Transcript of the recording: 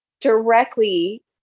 directly